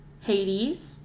Hades